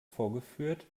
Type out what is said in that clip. vorgeführt